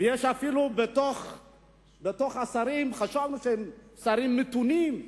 ויש אפילו שרים שחשבנו שהם שרים מתונים,